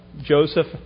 Joseph